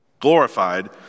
glorified